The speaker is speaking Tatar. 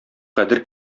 кадер